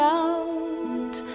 out